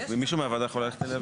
מישהו מהוועדה יכול ללכת אליה?